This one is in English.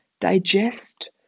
digest